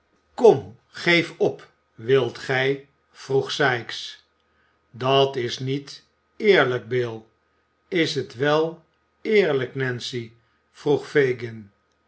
kom geef op wilt gij vroeg sikes dat is niet eerlijk bill is het wel eerlijk nancy vroeg fagin